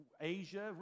Asia